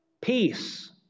Peace